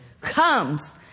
comes